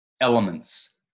elements